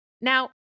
Now